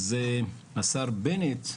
אז השר בנט,